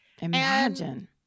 imagine